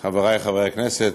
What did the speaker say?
חברי חברי הכנסת,